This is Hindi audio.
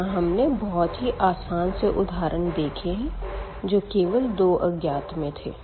यहाँ हमने बहुत ही आसान से उदाहरण देखे है जो केवल दो अज्ञात में थे